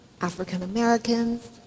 African-Americans